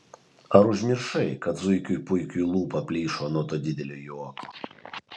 ar užmiršai kad zuikiui puikiui lūpa plyšo nuo to didelio juoko